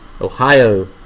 Ohio